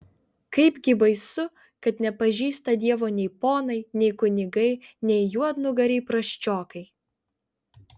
kaipgi baisu kad nepažįsta dievo nei ponai nei kunigai nei juodnugariai prasčiokai